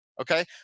Okay